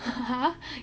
!huh!